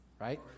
right